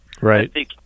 Right